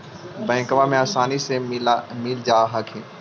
बैंकबा से आसानी मे मिल जा हखिन?